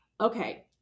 okay